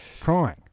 crying